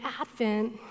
advent